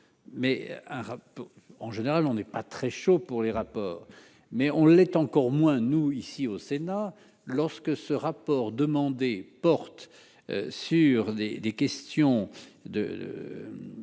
en général, on n'est pas très chaud pour les rapports mais on l'est encore moins nous ici au Sénat, lorsque ce rapport demandé porte sur des des questions